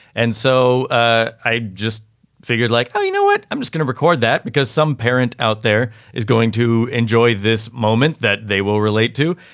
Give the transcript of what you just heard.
and so ah i just figured like, oh, you know what? i'm just going to record that because some parent out there is going to enjoy this moment that they will relate to.